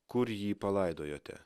kur jį palaidojote